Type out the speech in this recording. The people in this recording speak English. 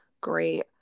great